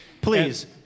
Please